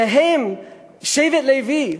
שהם שבט לוי?